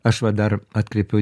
aš va dar atkreipiau